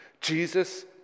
Jesus